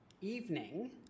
evening